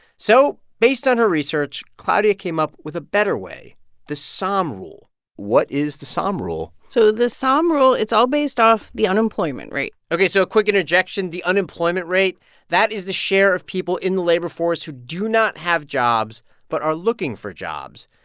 so based on her research, claudia came up with a better way the sahm rule what is the sahm rule? so the sahm rule it's all based off the unemployment rate ok, so a quick interjection the unemployment rate that is the share of people in the labor force who do not have jobs but are looking for jobs.